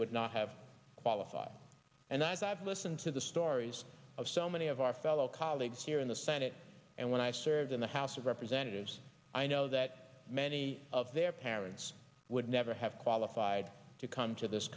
would not have qualified and i have listened to the stories of so many of our fellow colleagues here in the senate and when i served in the house of representatives i know that many of their parents would never have qualified to come to this